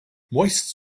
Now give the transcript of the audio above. moist